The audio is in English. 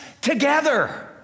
together